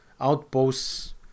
outposts